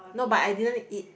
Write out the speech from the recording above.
no but I didn't eat